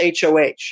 HOH